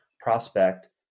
prospect